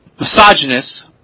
misogynist